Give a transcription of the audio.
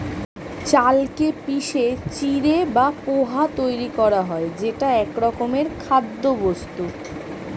চালকে পিষে চিঁড়ে বা পোহা তৈরি করা হয় যেটা একরকমের খাদ্যবস্তু